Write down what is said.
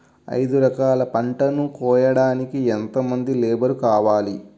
ఐదు ఎకరాల పంటను కోయడానికి యెంత మంది లేబరు కావాలి?